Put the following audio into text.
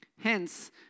Hence